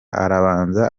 arabanza